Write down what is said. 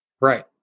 Right